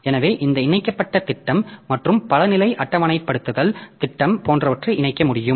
எனவே இந்த இணைக்கப்பட்ட திட்டம் மற்றும் பல நிலை அட்டவணைப்படுத்தல் திட்டம் போன்றவற்றை இணைக்க முடியும்